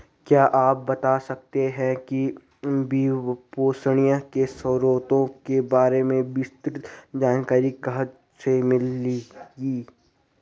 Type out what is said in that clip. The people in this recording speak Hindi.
क्या आप बता सकते है कि वित्तपोषण के स्रोतों के बारे में विस्तृत जानकारी कहाँ से मिलेगी?